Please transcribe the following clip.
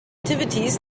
activities